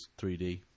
3D